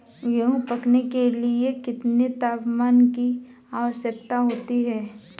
गेहूँ पकने के लिए कितने तापमान की आवश्यकता होती है?